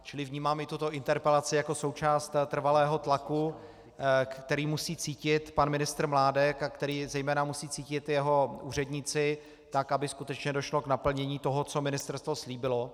Čili vnímám i tuto interpelaci jakou součást trvalého tlaku, který musí cítit pan ministr Mládek a který zejména musí cítit jeho úředníci, tak aby skutečně došlo k naplnění toho, co ministerstvo slíbilo.